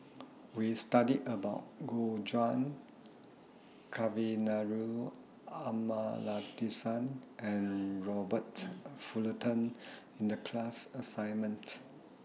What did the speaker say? We studied about Gu Juan Kavignareru Amallathasan and Robert Fullerton in The class assignment